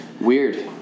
Weird